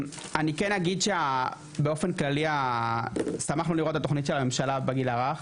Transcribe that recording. אני כן אגיד שבאופן כללי שמחנו לראות את התוכנית של הממשלה בגיל הרך,